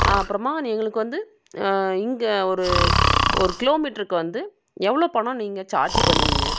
அப்புறமா எங்களுக்கு வந்து இங்கே ஒரு ஒரு கிலோ மீட்டருக்கு வந்து எவ்வளோ பணம் நீங்கள் சார்ஜ் பண்ணுவீங்க